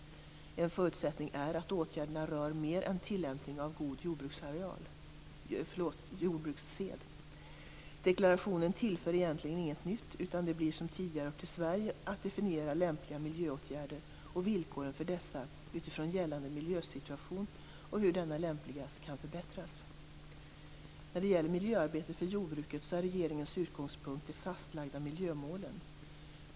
En förutsättning är att åtgärderna rör mer än tillämpning av god jordbrukarsed. Deklarationen tillför egentligen inget nytt, utan det blir som tidigare Sveriges sak att definiera lämpliga miljöåtgärder och villkoren för dessa utifrån gällande miljösituation och hur denna lämpligast kan förbättras. När det gäller miljöarbetet för jordbruket så är regeringens utgångspunkt de fastlagda miljömålen.